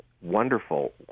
wonderful